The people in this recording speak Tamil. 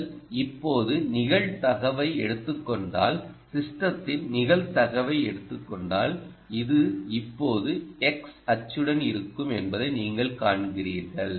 நீங்கள் இப்போது நிகழ்தகவை எடுத்துக் கொண்டால் சிஸ்டத்தின் நிகழ்தகவை எடுத்துக் கொண்டால் இது இப்போது x அச்சுடன் இருக்கும் என்பதை நீங்கள் காண்கிறீர்கள்